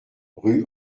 rue